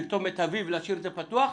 ולכתוב מיטבי ולהשאיר את זה פתוח,